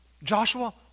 Joshua